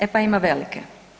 E pa ima velike.